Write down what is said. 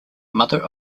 mother